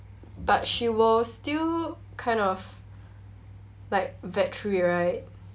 but she will still kind of like vet through it right